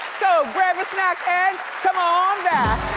so grab a snack and come on back.